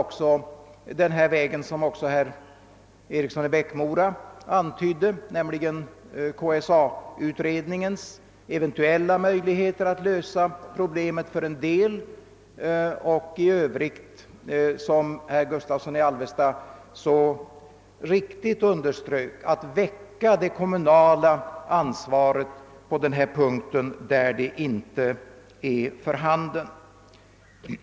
Vi bör också, som herr Eriksson i Bäckmora antydde, pröva eventuella möjligheter att i samband med KSA-uiredningens betänkande lösa problemet för en del av de berörda. I övrigt får vi, som herr Gustavsson i Alvesta så riktigt underströk, försöka väcka det kommunala ansvaret, där sådant inte finns.